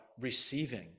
receiving